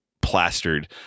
plastered